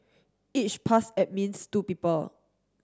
each pass admits two people